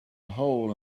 hole